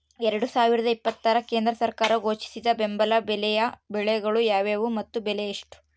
ಎರಡು ಸಾವಿರದ ಇಪ್ಪತ್ತರ ಕೇಂದ್ರ ಸರ್ಕಾರ ಘೋಷಿಸಿದ ಬೆಂಬಲ ಬೆಲೆಯ ಬೆಳೆಗಳು ಯಾವುವು ಮತ್ತು ಬೆಲೆ ಎಷ್ಟು?